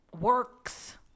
works